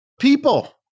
people